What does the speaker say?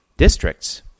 Districts